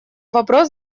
вопрос